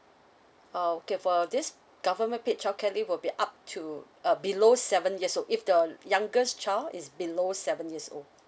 uh okay for this government paid childcare leave will be up to uh below seven years old if the youngest child is below seven years old